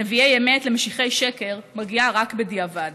נביאי אמת למשיחי שקר מגיעה רק בדיעבד.